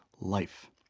life